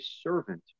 servant